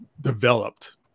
developed